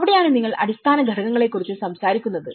അവിടെയാണ് നിങ്ങൾ അടിസ്ഥാന ഘടകങ്ങളെക്കുറിച്ച് സംസാരിക്കുന്നത്